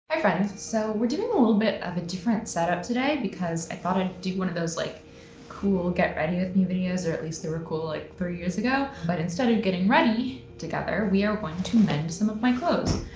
hi, friends. so we're doing a little bit of a different setup today because i thought i'd do one of those like cool get ready with me videos, or at least they were cool like three years ago, but instead of getting ready together, we are going to mend some of my clothes.